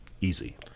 easy